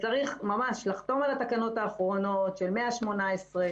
וצריך ממש לחתום על התקנות האחרונות של 118,